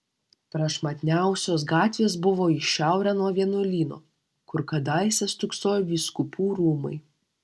prašmatniausios gatvės buvo į šiaurę nuo vienuolyno kur kadaise stūksojo vyskupų rūmai